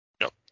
Nope